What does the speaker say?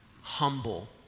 humble